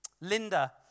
Linda